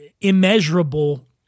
immeasurable